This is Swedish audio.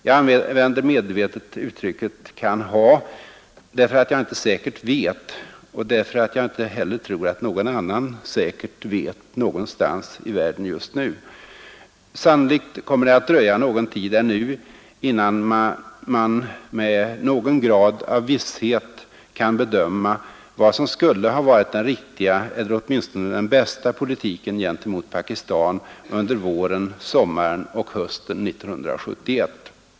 Jag använder medvetet uttrycket ”kan ha”, därför att jag inte säkert vet och därför att jag inte heller tror att någon annan säkert vet detta. Sannolikt kommer det att dröja någon tid ännu innan man med någon grad av visshet kan bedöma vad som skulle ha varit den riktiga eller åtminstone den bästa politiken gentemot Pakistan under våren, sommaren och hösten 1971.